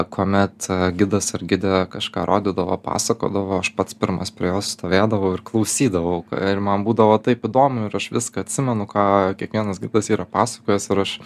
kuomet gidas ar gidė kažką rodydavo pasakodavo aš pats pirmas prie jos stovėdavau ir klausydavau ir man būdavo taip įdomu ir aš viską atsimenu ką kiekvienas gidas yra pasakojęs ir aš